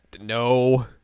No